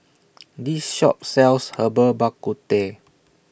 This Shop sells Herbal Bak Ku Teh